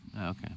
Okay